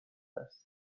است